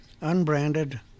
unbranded